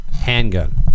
handgun